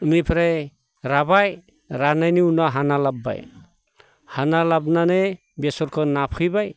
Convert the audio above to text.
बेनिफ्राय राबाय रानायनि उनाव हाना लाबोबाय हाना लाबोनानै बेसरखौ नाफैबाय